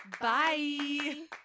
Bye